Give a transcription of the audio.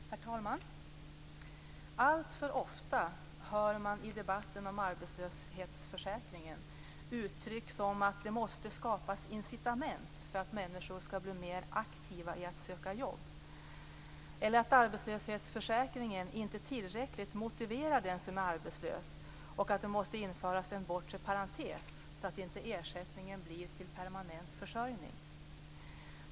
Herr talman! Alltför ofta hör man i debatten om arbetslöshetsförsäkringen uttryck som att det måste skapas incitament för att människor skall bli mer aktiva i att söka jobb eller att arbetslöshetsförsäkringen inte tillräckligt motiverar den som är arbetslös och att det måste införas en bortre parentes så att inte ersättningen blir till permanent försörjning.